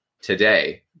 today